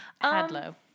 Hadlow